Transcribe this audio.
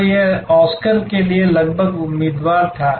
तो यह ऑस्कर के लिए लगभग उम्मीदवार था